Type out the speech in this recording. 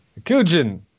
Kujin